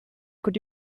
could